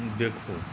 देखू